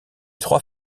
trois